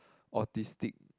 autistic